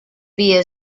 via